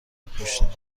پشت